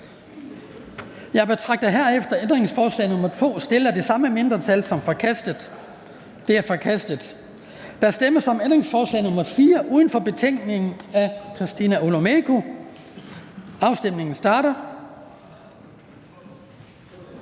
Jeg betragter herefter ændringsforslag nr. 2, stillet af det samme mindretal, som forkastet. Det er forkastet. Der stemmes om ændringsforslag nr. 4 uden for betænkningen af Christina Olumeko (ALT). Afstemningen starter.